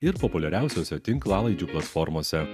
ir populiariausiose tinklalaidžių platformose